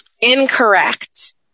Incorrect